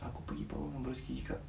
aku pergi bawah dengan berus gigi kak